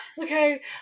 Okay